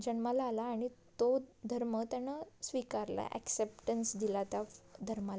जन्माला आला आणि तो धर्म त्यानं स्वीकारला ॲक्सेप्टन्स दिला त्या धर्माला